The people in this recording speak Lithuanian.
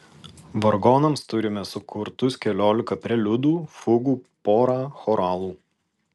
vargonams turime sukurtus keliolika preliudų fugų porą choralų